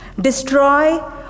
destroy